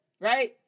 right